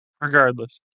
Regardless